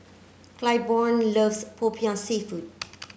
Claiborne loves Popiah seafood